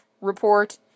Report